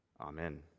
Amen